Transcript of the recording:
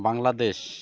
Bangladesh